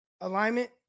alignment